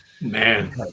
Man